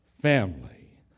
family